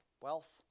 wealth